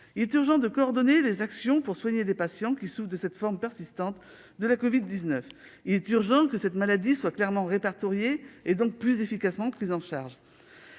Il est urgent de coordonner les actions pour soigner les patients qui souffrent de cette forme persistante de la covid-19. Il est urgent que cette maladie soit clairement répertoriée et donc plus efficacement prise en charge.